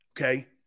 Okay